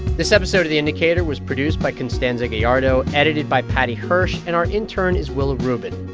this episode of the indicator was produced by constanza gallardo, edited by paddy hirsch. and our intern is willa rubin.